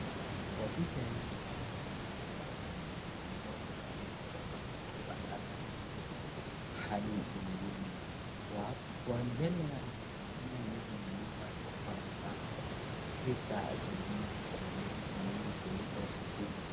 Kwa picha hii, naona manyumba ambazo zimetengenezwa kama ghorofa ikipandana juu hadi nyingine, kwa mbele yangu, naona hizo manyumba ziko na mlango sita zingine ziko na madirisha mingi kuliko zingine.